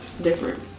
different